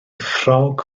ffrog